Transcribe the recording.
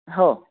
हो